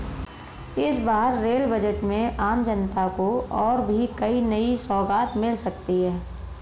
इस बार rail budget में आम जनता को और भी कई नई सौगात मिल सकती हैं